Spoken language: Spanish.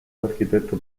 arquitecto